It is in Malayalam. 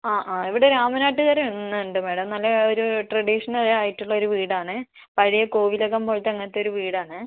ആ ആ ഇവിടെ രാമനാട്ടുകര ഒന്നുണ്ട് മാഡം നല്ല ഒരു ട്രഡീഷണൽ ആയിട്ടുള്ള ഒരു വീടാണ് പഴയ കോവിലകം പോലത്തെ അങ്ങനത്തെ ഒരു വീടാണ്